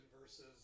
versus